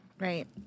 Right